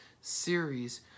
series